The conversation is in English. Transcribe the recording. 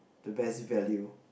the best value